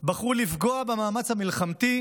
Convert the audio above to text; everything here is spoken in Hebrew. בחרו לפגוע במאמץ המלחמתי,